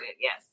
yes